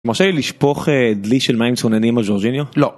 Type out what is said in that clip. מרשה לי לשפוך דלי של מים צוננים על ז'ורג'יניו? לא.